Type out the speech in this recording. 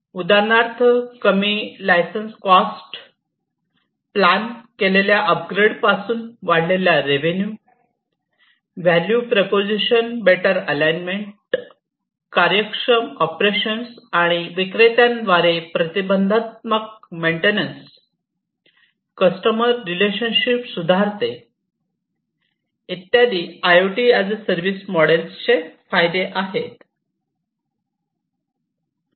उदाहरणार्थ कमी licence cost plan केलेल्या अपग्रेड पासून वाढलेला revenue value propositions better alignment कार्यक्षम ऑपरेशन्स आणि विक्रेत्यांद्वारे प्रतिबंधात्मक मेन्टेनन्स कस्टमर रिलेशनशिप सुधारते इत्यादी I O T as a service मॉडेलचे फायदे आहेत